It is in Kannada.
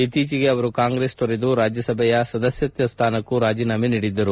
ಇತ್ತೀಚೆಗೆ ಅವರು ಕಾಂಗ್ರೆಸ್ ತೊರೆದು ರಾಜ್ಯಸಭೆಯ ಸದಸ್ಯ ಸ್ಥಾನಕ್ಕೂ ರಾಜೀನಾಮೆ ನೀಡಿದ್ದರು